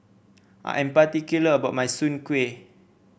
I'm particular about my Soon Kuih